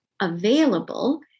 available